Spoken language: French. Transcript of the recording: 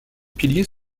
piliers